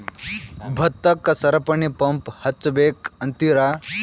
ಭತ್ತಕ್ಕ ಸರಪಣಿ ಪಂಪ್ ಹಚ್ಚಬೇಕ್ ಅಂತಿರಾ?